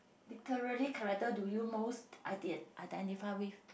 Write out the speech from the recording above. literary character do you most iden~ identify with